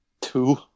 Two